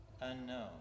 unknown